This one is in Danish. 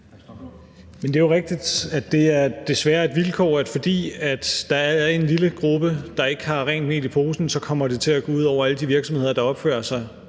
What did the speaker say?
Det er jo rigtigt, at det desværre er et vilkår, at fordi der er en lille gruppe, der ikke har rent mel i posen, kommer det til at gå ud over alle de virksomheder, der opfører sig